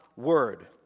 Word